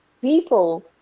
people